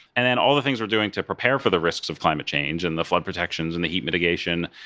and then all the things we're doing to prepare for the risks of climate change, and the flood protections, and the heat mitigation.